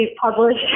published